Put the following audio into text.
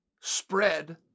spread